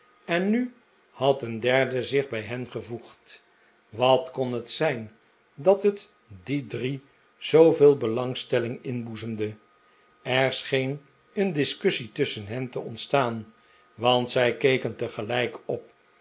en nu had een derde zich bij hen gevoegd wat kon het zijn dat het die drie zooveel belangstelling inboezemde er scheen een discussie tusschen hen te ontstaan want zij keken tegelijk op